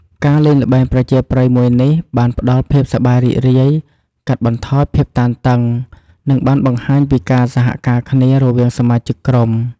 ការលេងល្បែងប្រជាប្រិយមួយនេះ បានផ្ដល់ភាពសប្បាយរីករាយ កាត់បន្ថយភាពតានតឹង និងបានបង្ហាញពីការសហការគ្នារវាងសមាជិកក្រុម។